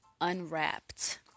Unwrapped